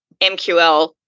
MQL